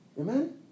Amen